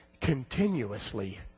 Continuously